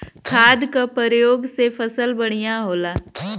खाद क परयोग से फसल बढ़िया होला